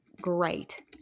great